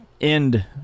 end